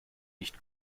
nicht